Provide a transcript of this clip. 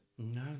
No